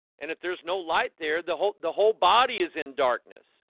and if there's no light there the hope the whole body is in darkness.